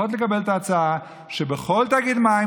לפחות לקבל את ההצעה שבכל תאגיד מים